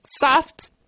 soft